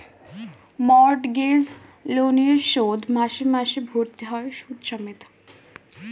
mortgage লোনের শোধ মাসে মাসে ভরতে হয় সুদ সমেত